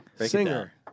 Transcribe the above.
Singer